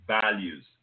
values